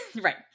Right